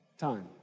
time